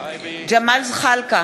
ג'מאל זחאלקה,